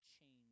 change